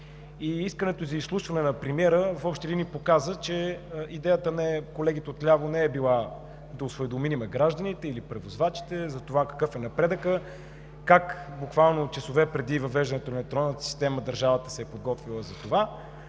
Искането за изслушване на премиера в общи линии показа, че идеята на колегите отляво не е била да осведомим гражданите или превозвачите за това какъв е напредъкът, как буквално часове преди въвеждането на електронната система държавата се е подготвила за това,